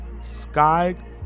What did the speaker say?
Sky